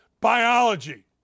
biology